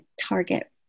target